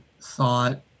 thought